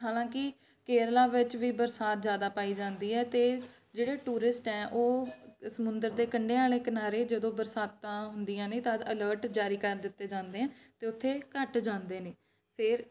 ਹਾਲਾਂਕਿ ਕੇਰਲਾ ਵਿੱਚ ਵੀ ਬਰਸਾਤ ਜ਼ਿਆਦਾ ਪਾਈ ਜਾਂਦੀ ਹੈ ਅਤੇ ਜਿਹੜੇ ਟੂਰਿਸਟ ਹੈ ਉਹ ਸਮੁੰਦਰ ਦੇ ਕੰਢਿਆਂ ਵਾਲੇ ਕਿਨਾਰੇ ਜਦੋਂ ਬਰਸਾਤਾਂ ਹੁੰਦੀਆਂ ਨੇ ਤਦ ਅਲਰਟ ਜਾਰੀ ਕਰ ਦਿੱਤੇ ਜਾਂਦੇ ਆ ਅਤੇ ਉੱਥੇ ਘੱਟ ਜਾਂਦੇ ਨੇ ਫੇਰ